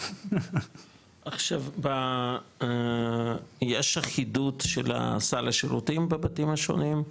עכשיו יש אחידות של סל השירותים בבתים השונים?